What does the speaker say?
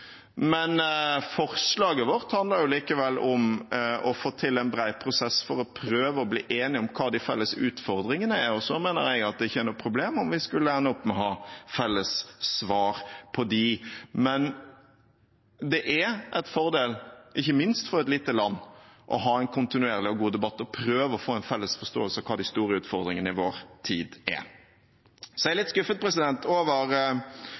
men forslaget vårt handler jo likevel om å få til en bred prosess for å prøve å bli enige om hva de felles utfordringene er. Jeg mener at det ikke er noe problem om vi skulle ende opp med å ha felles svar på dem, men det er en fordel, ikke minst for et lite land, å ha en kontinuerlig og god debatt og prøve å få en felles forståelse av hva de store utfordringene i vår tid er. Jeg er litt skuffet over